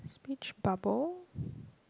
speech bubble